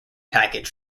package